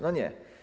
No nie.